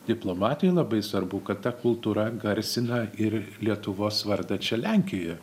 diplomatui labai svarbu kad ta kultūra garsina ir lietuvos vardą čia lenkijoje